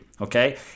Okay